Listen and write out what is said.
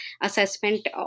assessment